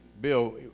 Bill